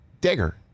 Digger